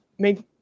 make